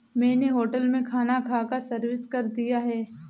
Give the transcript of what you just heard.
मैंने होटल में खाना खाकर सर्विस कर दिया है